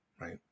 right